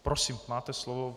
Prosím, máte slovo.